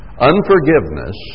Unforgiveness